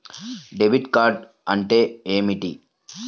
Debit card అంటే ఏమిటి?